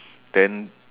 then